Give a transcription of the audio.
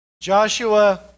Joshua